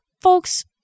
folks